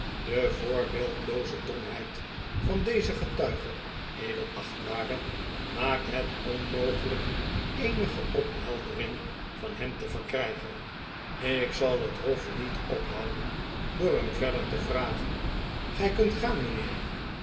de voorbeeldelooze domheid van dezen getuige edelachtbare maakt het onmogelijk eenige cpheldering van hem te verkrijgen ik zal hei hof niet ophouden door hem verder te vragen gij kunt gaan mijnheer